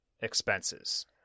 expenses